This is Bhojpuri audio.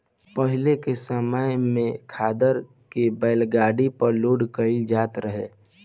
पाहिले के समय में खादर के बैलगाड़ी पर लोड कईल जात रहे